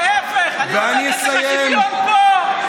להפך, אני רוצה לתת לך שוויון פה.